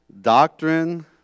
Doctrine